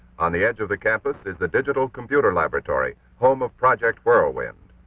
on the edge of the campus is the digital computer laboratory home of project whirlwind.